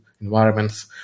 environments